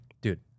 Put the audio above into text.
dude